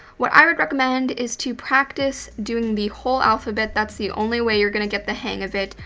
what i would recommend is to practice doing the whole alphabet. that's the only way you're gonna get the hang of it.